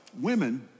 women